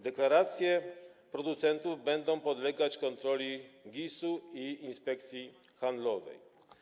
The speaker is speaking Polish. Deklaracje producentów będą podlegać kontroli GIS-u i Inspekcji Handlowej.